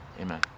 amen